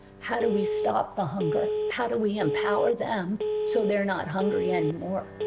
how do we stop the hunger? how do we empower them so they're not hungry and